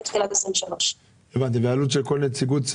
תחילת 2023. ועלות של כל נציגות,